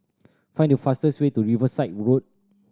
find the fastest way to Riverside Road